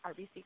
RBC